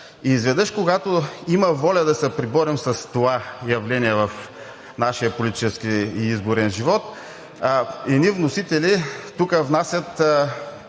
И изведнъж, когато има воля да се преборим с това явление в нашия политически и изборен живот, едни вносители, които